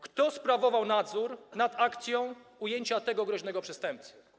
Kto sprawował nadzór nad akcją ujęcia groźnego przestępcy?